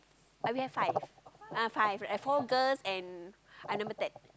but we have five ah five four girls I'm number ten